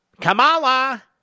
Kamala